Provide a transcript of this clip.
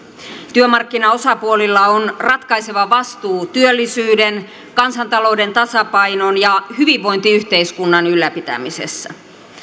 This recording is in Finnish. työmarkkinaosapuolilla on ratkaiseva vastuu työllisyyden kansantalouden tasapainon ja hyvinvointiyhteiskunnan ylläpitämisessä